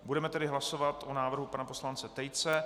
Budeme tedy hlasovat o návrhu pana poslance Tejce.